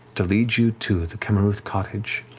to lead you to the camarouth cottage,